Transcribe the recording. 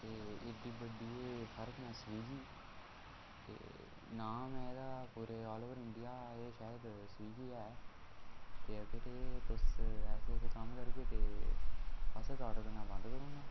ते ऐड्डी बड्डी एह् फर्म ऐ स्विगी ते नाम ऐ एह्दा पूरे ऑल ओवर इंडिया शायद स्विगी ऐ ते अगर एह् तुस ऐसे ऐसे कम्म करगे ते असें ते आर्डर करना बंद करी उड़ना